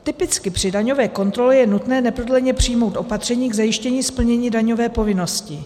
Typicky při daňové kontrole je nutné neprodleně přijmout opatření k zajištění splnění daňové povinnosti.